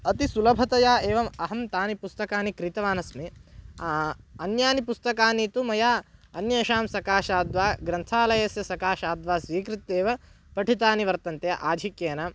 अति सुलभतया एवम् अहं तानि पुस्तकानि क्रीतवान् अस्मि अन्यानि पुस्तकानि तु मया अन्येषां सकाशाद्वा ग्रन्थालयस्य सकाशाद्वा स्वीकृत्य एव पठितानि वर्तन्ते आधिक्येन